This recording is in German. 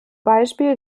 beispiel